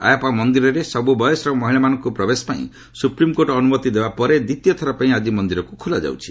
ଆୟପ୍ରା ମନ୍ଦିରରେ ସବୁ ବୟସର ମହିଳାମାନଙ୍କୁ ପ୍ରବେଶ ପାଇଁ ସୁପ୍ରିମ୍କୋର୍ଟ ଅନୁମତି ଦେବା ପରେ ଦ୍ୱିତୀୟ ଥର ପାଇଁ ଆଜି ମନ୍ଦିରକୁ ଖୋଲା ଯାଉଛି